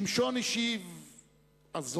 שמשון השיב עזות: